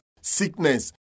sickness